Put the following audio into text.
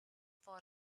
far